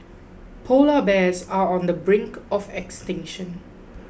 Polar Bears are on the brink of extinction